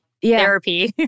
therapy